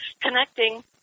connecting